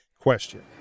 question